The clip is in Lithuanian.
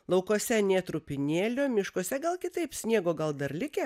laukuose nė trupinėlio miškuose gal kitaip sniego gal dar likę